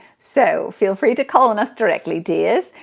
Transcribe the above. so feel free to call on us directly, dears.